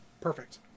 perfect